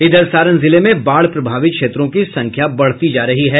इधर सारण जिले में बाढ़ प्रभावित क्षेत्रों की संख्या बढ़ती जा रही है